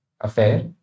affair